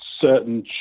certain